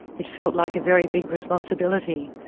it felt like a very big responsibility.